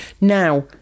Now